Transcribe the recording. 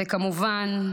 וכמובן,